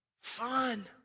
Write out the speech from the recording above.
fun